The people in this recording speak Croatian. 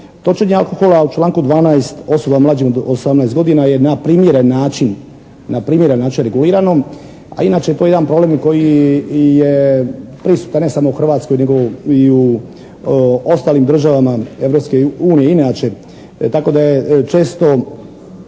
Točenje alkohola u članku 12. osobama mlađim od 18. godina je na primjeren način regulirano. A inače je to jedan problem koji je prisutan ne samo u Hrvatskoj, nego i u ostalim državama Europske unije i inače tako da je često